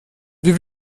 wir